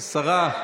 השרה,